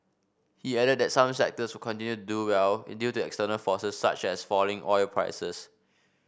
he added that some sectors will continue do well it due to external forces such as falling oil prices